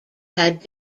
had